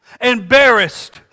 embarrassed